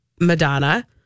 Madonna